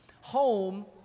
Home